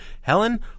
Helen